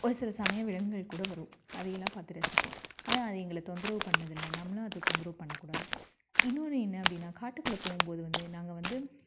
ஒரு சில சமையம் விலங்குகள் கூட வரும் அதை எல்லாம் பார்த்து ரசிப்போம் ஆனால் அது எங்களை தொந்தரவு பண்ணதில்லை நம்மளும் அதை தொந்தரவு பண்ணக்கூடாது இன்னோன்னு என்ன அப்படின்னா காட்டுக்குள்ளே போகும் போது வந்து நாங்கள் வந்து